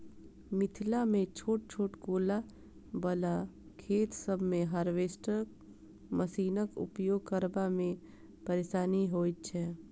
मिथिलामे छोट छोट कोला बला खेत सभ मे हार्वेस्टर मशीनक उपयोग करबा मे परेशानी होइत छै